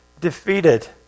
defeated